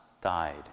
died